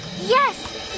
Yes